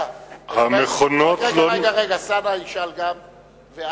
חבר הכנסת אלסאנע ישאל גם כן,